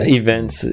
events